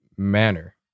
manner